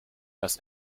das